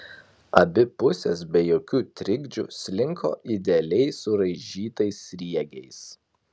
abi pusės be jokių trikdžių slinko idealiai suraižytais sriegiais